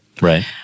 Right